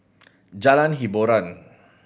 Jalan Hiboran